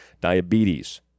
diabetes